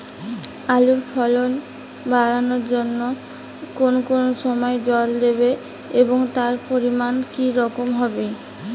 আলুর ফলন বাড়ানোর জন্য কোন কোন সময় জল দেব এবং তার পরিমান কি রকম হবে?